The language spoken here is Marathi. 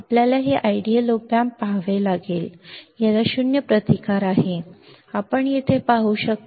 आपल्याला हे आदर्श op amp पाहावे लागेल त्याला शून्य प्रतिकार आहे आपण येथे पाहू शकता